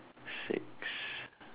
six